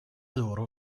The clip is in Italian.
loro